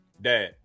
dad